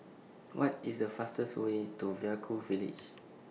What IS The fastest Way to Vaiaku Village